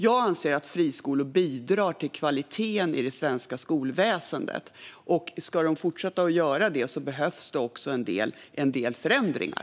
Jag anser att friskolor bidrar till kvaliteten i det svenska skolväsendet, och om de ska fortsätta göra det behövs en del förändringar.